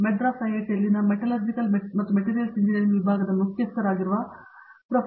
ಮದ್ರಾಸ್ ಐಐಟಿಯಲ್ಲಿನ ಮೆಟಲರ್ಜಿಕಲ್ ಮತ್ತು materials engineering ವಿಭಾಗದ ಮುಖ್ಯಸ್ಥರಾಗಿದ್ದ ಪ್ರೊ